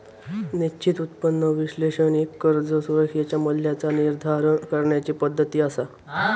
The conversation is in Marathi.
निश्चित उत्पन्न विश्लेषण एक कर्ज सुरक्षेच्या मूल्याचा निर्धारण करण्याची पद्धती असा